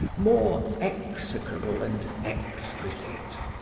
more execrable and exquisite.